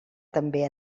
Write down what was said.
també